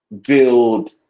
build